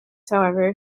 however